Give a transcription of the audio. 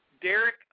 Derek